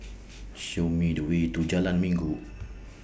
Show Me The Way to Jalan Minggu